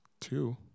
two